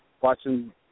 watching